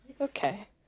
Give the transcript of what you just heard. Okay